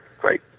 great